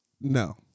No